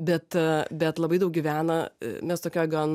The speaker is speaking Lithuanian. bet bet labai daug gyvena mes tokioj gan